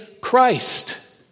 Christ